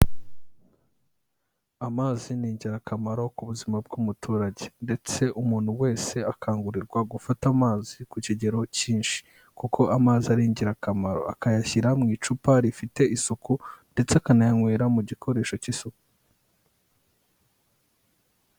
Amazi ni ingirakamaro ku buzima bw'umuturage ndetse umuntu wese akangurirwa gufata amazi ku kigero cyinshi, kuko amazi ari ingirakamaro, akayashyira mu icupa rifite isuku ndetse akanayanywera mu gikoresho cy'isuku.